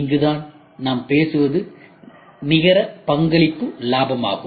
இங்குதான் நாம் பேசுவது நிகர பங்களிப்பு லாபமாகும்